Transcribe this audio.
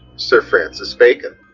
sir francis bacon.